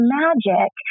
magic